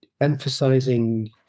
emphasizing